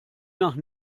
nach